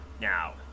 now